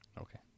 Okay